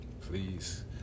please